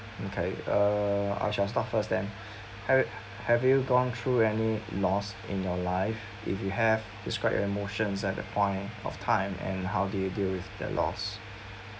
okay uh I shall start first then ha~ have you gone through any loss in your life if you have describe your emotions at that point of time and how do you deal with their loss